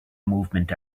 movement